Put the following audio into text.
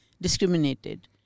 discriminated